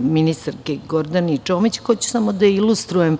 ministarki Gordani Čomić. Hoću samo da ilustrujem